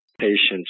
patients